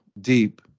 deep